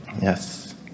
Yes